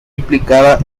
implicada